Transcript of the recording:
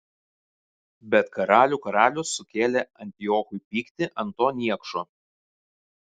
bet karalių karalius sukėlė antiochui pyktį ant to niekšo